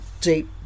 deep